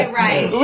right